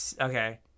Okay